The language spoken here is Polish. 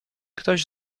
ktoś